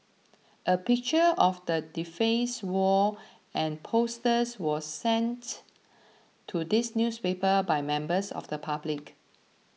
a picture of the defaced wall and the posters was sent to this newspaper by members of the public